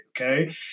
Okay